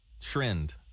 trend